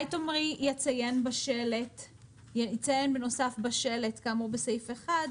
אולי תאמרי שיציין בנוסף בשלט כאמור בסעיף (א).